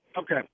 Okay